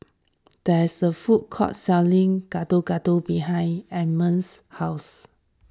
there is a food court selling Gado Gado behind Ellamae's house